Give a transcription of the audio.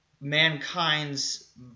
mankind's